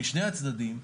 משני הצדדים.